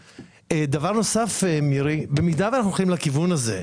דבר נוסף, מירי, במידה ואנחנו הולכים לכיוון הזה,